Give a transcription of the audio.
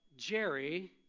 Jerry